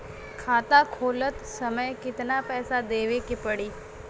खाता खोलत समय कितना पैसा देवे के पड़ी?